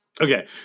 Okay